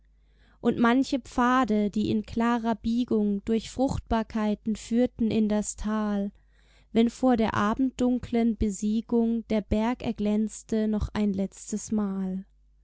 und manche pfade die in klarer biegung durch fruchtbarkeiten führten in das tal wenn vor der abenddunkelen besiegung der berg erglänzte noch ein letztes mal